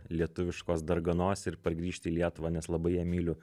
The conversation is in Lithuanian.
lietuviškos darganos ir pargrįžti į lietuvą nes labai ją myliu